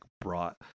brought